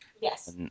yes